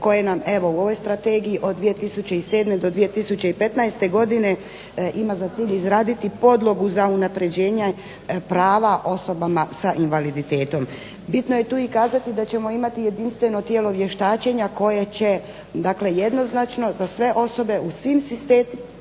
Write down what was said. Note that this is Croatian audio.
koje nam evo u ovoj strategiji od 2007. do 2015. godine ima za cilj izraditi podlogu za unapređenje prava osobama sa invaliditetom. Bitno je tu i kazati da ćemo imati jedinstveno tijelo vještačenja koje će dakle jednoznačno za sve osobe s invaliditetom